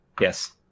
Yes